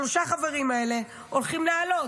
שלושת החברים האלה הולכים לעלות.